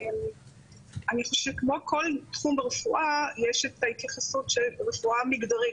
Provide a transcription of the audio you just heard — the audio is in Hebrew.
אני חושבת שכמו כל תחום ברפואה יש את ההתייחסות של רפואה מגדרית,